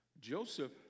Joseph